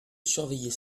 surveiller